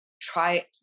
try